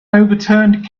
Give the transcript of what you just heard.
overturned